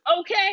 okay